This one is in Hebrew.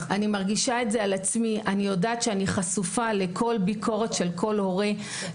אנחנו חייבים לדאוג לאלתר לכוח אדם,